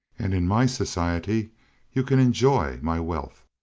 and in my society you can enjoy my wealth.